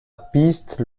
piste